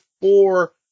four